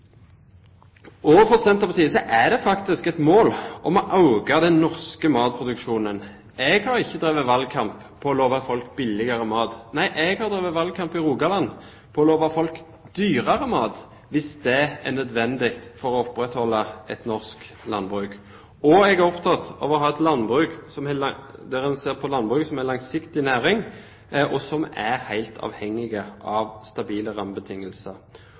For Senterpartiet er det faktisk et mål å øke den norske matproduksjonen. Jeg har ikke drevet valgkamp på å love folk billigere mat. Nei, jeg har drevet valgkamp i Rogaland på å love folk dyrere mat hvis det er nødvendig for å opprettholde et norsk landbruk. Jeg er opptatt av at en ser på landbruket som en langsiktig næring som er helt avhengig av stabile rammebetingelser.